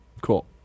Cool